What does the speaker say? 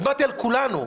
דיברתי על כולנו,